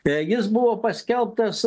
jis buvo paskelbtas